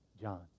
John